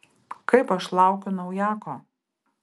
kaip aš laukiu naujako